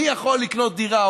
מי יכול לקנות דירה?